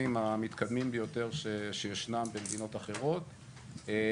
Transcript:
המתקדמים ביותר שישנם במדינות אחרות.